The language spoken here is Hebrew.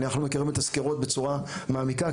אנחנו מכירים את הסקירות בצורה מעמיקה,